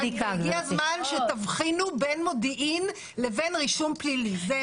הגיע הזמן שתבחינו בין מודיעין ובין רישום פלילי.